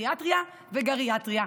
בפסיכיאטריה ובגריאטריה.